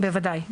בוודאי,